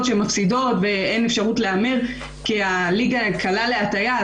שמספידות ואין אפשרות להמר כי הליגה קלה להטעיה.